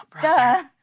Duh